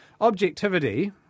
Objectivity